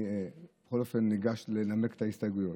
בכל אופן, אגש לנמק את ההסתייגויות.